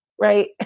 right